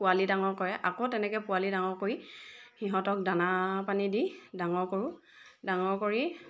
পোৱালি ডাঙৰ কৰে আকৌ তেনেকৈ পোৱালি ডাঙৰ কৰি সিহঁতক দানা পানী দি ডাঙৰ কৰোঁ ডাঙৰ কৰি